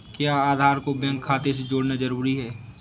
क्या आधार को बैंक खाते से जोड़ना जरूरी है?